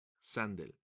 sandel